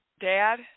dad